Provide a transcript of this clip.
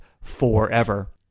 forever